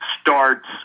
starts